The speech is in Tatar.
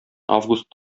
август